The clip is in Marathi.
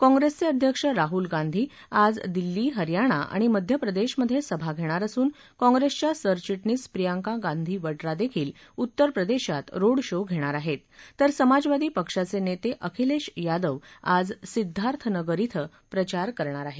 कौंप्रेसचे अध्यक्ष राहुल गांधी आज दिल्ली हरयाणा आणि मध्यप्रदेशमधे सभा घेणार असून काँप्रेसच्या सरचिटणीस प्रियंका गांधी वडूा देखील उत्तरप्रदेशात रोड शो घेणार आहेत तर समाजवादी पक्षाचे नेते अखिलेश यादव आज सिद्धार्थनगर श्वे प्रचार करणार आहेत